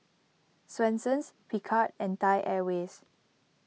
Swensens Picard and Thai Airways